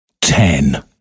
ten